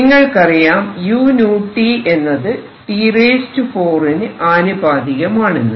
നിങ്ങൾക്കറിയാം uT എന്നത് T4 ന് ആനുപാതികമാണെന്ന്